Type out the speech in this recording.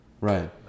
Right